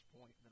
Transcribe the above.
point